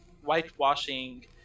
whitewashing